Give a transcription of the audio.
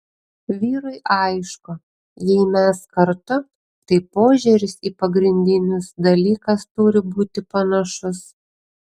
vyrui aišku jei mes kartu tai požiūris į pagrindinius dalykas turi būti panašus